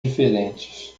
diferentes